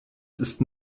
ist